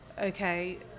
okay